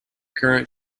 current